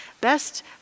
best